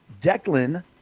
Declan